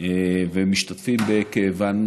ואנו משתתפים בכאבן